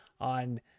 on